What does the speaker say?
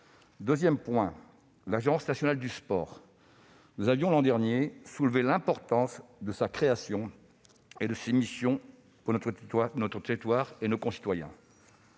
concerne l'Agence nationale du sport. Nous avions l'an dernier souligné l'importance de sa création et de ses missions pour nos territoires et nos concitoyens.